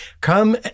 come